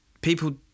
people